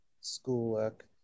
schoolwork